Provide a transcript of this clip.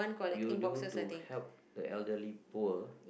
you do to help the elderly poor